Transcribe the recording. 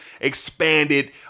expanded